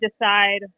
decide